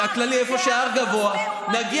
כמחצית